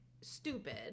stupid